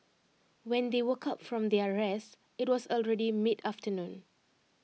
when they woke up from their rest IT was already mid afternoon